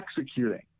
executing